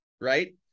right